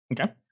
Okay